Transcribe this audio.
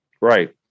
Right